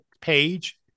page